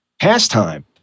pastime